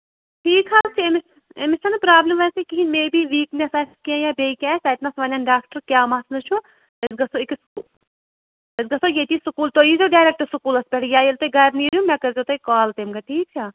ٹھیٖک حظ چھُ أمِس أمِس چھَنہٕ پرٛابلِم ویسے کِہیٖنۍ مے بی ویٖکنٮ۪س آسٮ۪س کینٛہہ یا بیٚیہ کینٛہہ آسہِ تَتہِ نَس وَنن ڈاکٹَر کیٛاہ مَسلہٕ چھُ أسۍ گَژھو أکِس أسۍ گَژھو ییٚتی سکوٗل تُہۍ یٖیزیو ڈٮ۪رٮ۪کٹ سکوٗلَس پٮ۪ٹھ یا ییٚلہِ تۄہہِ گَرِ نیٖرِو مےٚ کٔرۍزیو تُہۍ کال تَمہِ گہٕ ٹھیٖک چھا